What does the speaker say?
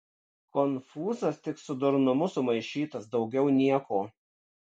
konfūzas tik su durnumu sumaišytas daugiau nieko